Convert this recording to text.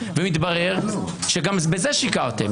ומתברר שגם בזה שיקרתם.